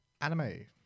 anime